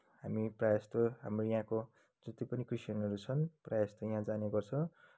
हामी प्रायः जस्तो हाम्रो यहाँको जति पनि क्रिस्टियनहरू छन् प्रायः जस्तो यहाँ जाने गर्छ